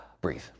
breathe